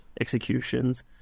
executions